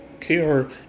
care